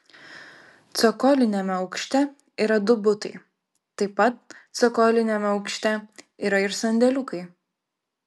cokoliniame aukšte yra du butai taip pat cokoliniame aukšte yra ir sandėliukai